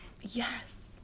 Yes